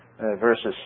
versus